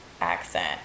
accent